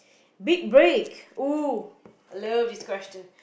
big break !woo! I love this question